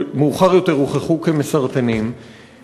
שמאוחר יותר הוכחו כמסרטנים,